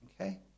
Okay